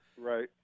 Right